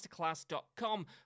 masterclass.com